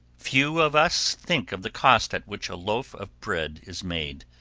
few of us think of the cost at which a loaf of bread is made.